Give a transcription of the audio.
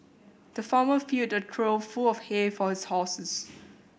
the farmer filled a trough full of hay for his horses